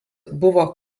buvo